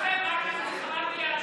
אכפת לכם רק מלחמה ביהדות.